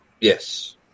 Yes